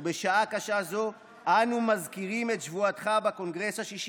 ובשעה קשה זו אנו מזכירים את שבועתך בקונגרס השישי,